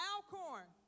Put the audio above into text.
Alcorn